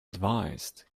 advised